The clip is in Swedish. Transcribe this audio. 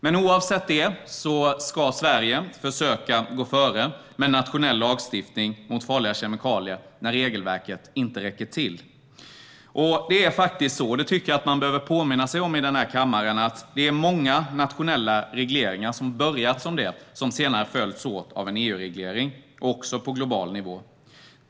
Men oavsett detta ska Sverige försöka att gå före med nationell lagstiftning mot farliga kemikalier när EU-regelverket inte räcker till. Jag tycker att man i denna kammare behöver påminna sig om att många regleringar har börjat som en nationell reglering och sedan följts av en EU-reglering eller en reglering på global nivå.